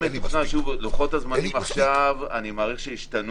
לוחות הזמנים ישתנו עכשיו להערכתי,